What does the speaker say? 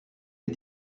les